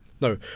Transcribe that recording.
No